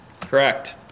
correct